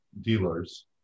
dealers